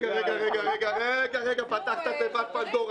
רגע, רגע, רגע, פתחת תיבת פנדורה.